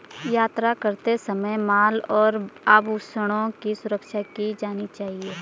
यात्रा करते समय माल और आभूषणों की सुरक्षा की जानी चाहिए